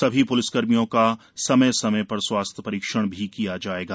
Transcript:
सभी पुलिसकर्मियों का समय समय पर स्वास्थ्य परीक्षण भी किया जायेगा